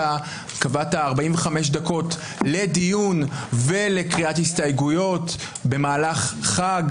קבעת 45 דקות לדיון ולקריאת הסתייגויות במהלך חג.